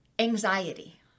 Anxiety